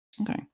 Okay